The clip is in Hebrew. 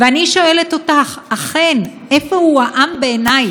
ואני שואלת אותך: אכן, איפה הוא העם בעינייך?